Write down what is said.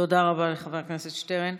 תודה רבה לחבר הכנסת שטרן.